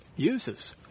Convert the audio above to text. uses